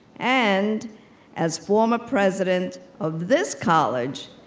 and as former president of this college.